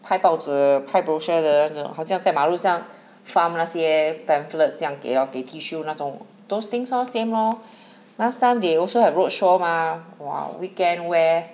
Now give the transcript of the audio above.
派报纸的派 brochure 的那种好像在马路上放那些 pamphlet 这样给咯给 tissue 那种 those things all same lor last time they also have roadshow mah !wah! weekend where